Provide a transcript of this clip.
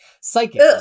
psychic